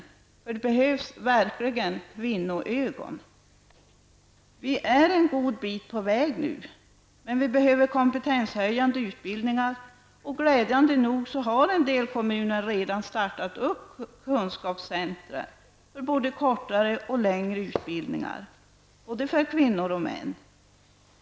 Det är verkligen nödvändigt att se på detta ''med kvinnoögon''. Vi är en god bit på väg nu, men vi behöver kompetenshöjande utbildningar. Glädjande nog har en del kommuner redan startat kunskapscentra för både kortare och längre utbildningar och för både kvinnor och män.